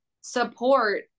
support